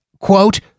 quote